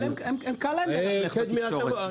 קל להם ללכלך בתקשורת.